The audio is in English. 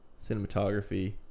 cinematography